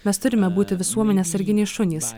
mes turime būti visuomenės sarginiai šunys